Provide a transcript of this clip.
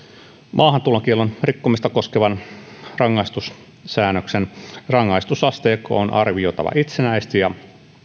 maahantulokiellon rikkomista koskevan rangaistussäännöksen rangaistusasteikko on arvioitava itsenäisesti ja